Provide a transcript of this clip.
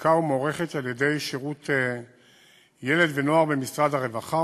ותיקה ומוערכת על-ידי השירות לילד ולנוער במשרד הרווחה,